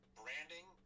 branding